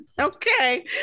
Okay